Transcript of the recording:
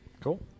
Cool